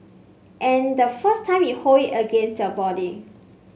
and the first time you hold it against your body